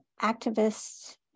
activists